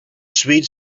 sweet